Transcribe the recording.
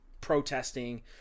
protesting